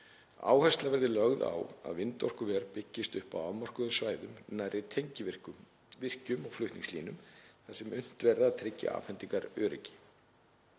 Áhersla verði lögð á að vindorkuver byggist upp á afmörkuðum svæðum nærri tengivirkjum og flutningslínum þar sem unnt verði að tryggja afhendingaröryggi.